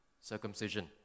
circumcision